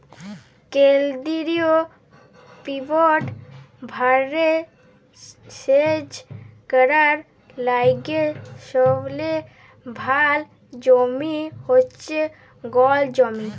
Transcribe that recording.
কেলদিরিয় পিভট ভাঁয়রে সেচ ক্যরার লাইগে সবলে ভাল জমি হছে গল জমি